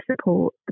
support